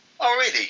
already